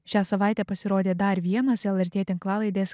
šią savaitę pasirodė dar vienas lrt tinklalaidės